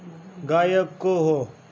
गायक को हो